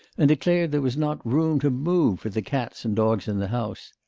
and declared there was not room to move for the cats and dogs in the house.